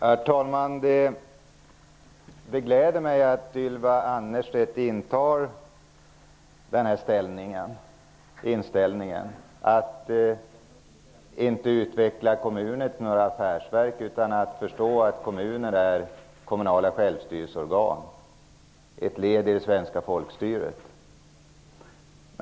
Herr talman! Det gläder mig att Ylva Annerstedt har inställningen att kommunerna inte skall utveckla några affärsverk. Kommuner är kommunala självstyrelseorgan, och ett led i det svenska folkstyret.